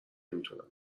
میتونم